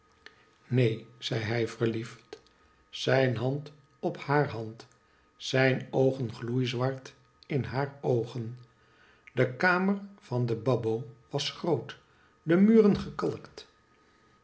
neen zei hij verliefd zijn hand op haar hand zijn oogen gloeizwart in haar oogen de kamer van den babbo was groot de muren gekalkt